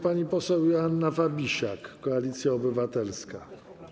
Pani poseł Joanna Fabisiak, Koalicja Obywatelska.